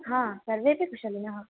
हा सर्वेपि कुशलिनः